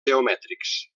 geomètrics